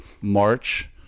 March